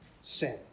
sin